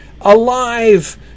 alive